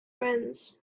friends